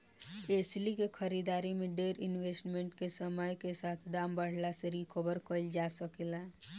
एस्ली के खरीदारी में डेर इन्वेस्टमेंट के समय के साथे दाम बढ़ला से रिकवर कईल जा सके ला